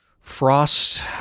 frost